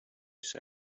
said